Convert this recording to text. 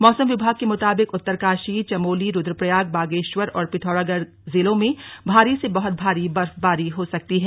मौसम विभाग के मुताबिक उत्तरकाशी चमोली रुद्रप्रयाग बागेश्वर और पिथौराढ़ जिलों में भारी से बहुत भारी बर्फबारी हो सकती है